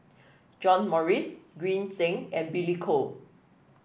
John Morrice Green Zeng and Billy Koh